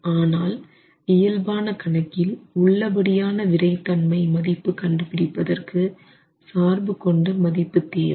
ஆனால் இயல்பான கணக்கில் உள்ளபடியான விறைத்தன்மை மதிப்பு கண்டுபிடிப்பதற்கு சார்பு கொண்ட மதிப்பு தேவை